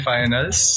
Finals